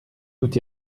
tout